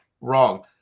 wrong